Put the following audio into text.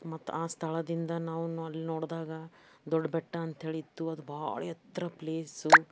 ಮತ್ತು ಆ ಸ್ಥಳದಿಂದ ನಾವೂ ಅಲ್ಲಿ ನೋಡಿದಾಗ ದೊಡ್ಡ ಬೆಟ್ಟ ಅಂತ್ಹೇಳಿತ್ತು ಅದು ಭಾಳ ಎತ್ತರ ಪ್ಲೇಸು